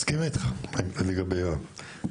מסכים איתך לגבי יואב.